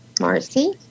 Marcy